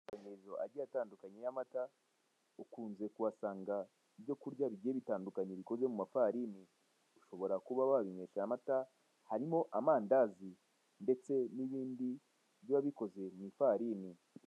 Amazu agiye atandukanye y'amata, ukunze kuhasanga ibyo kurya bigiye bitandukanye bikozwe mu mafarini, ushobora kuba babinywesha amata, harimo amandazi ndetse n' ibindi biba bikoze mu ifarini.